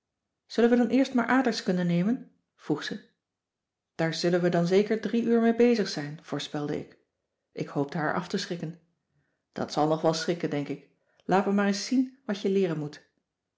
zullen we dan eerst maar aardrijkskunde nemen vroeg ze daar zullen we dan zeker drie uur mee bezig zijn voorspelde ik ik hoopte haar af te schrikken dat zal nog wel schikken denk ik laat me maar eens zien wat je leeren moet